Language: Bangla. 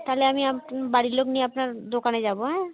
তাহলে আমি বাড়ির লোক নিয়ে আপনার দোকানে যাব হ্যাঁ